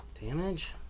damage